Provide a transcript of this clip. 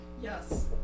Yes